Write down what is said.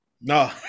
No